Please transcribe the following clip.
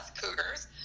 cougars